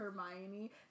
Hermione